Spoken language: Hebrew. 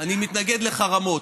אני מתנגד לחרמות.